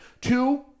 Two